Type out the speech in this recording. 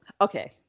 Okay